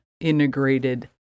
integrated